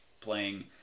playing